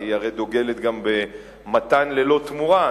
כי היא הרי דוגלת במתן ללא תמורה,